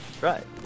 Right